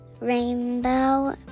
rainbow